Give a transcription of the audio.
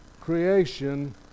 creation